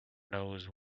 knows